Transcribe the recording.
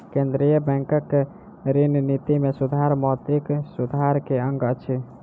केंद्रीय बैंकक ऋण निति में सुधार मौद्रिक सुधार के अंग अछि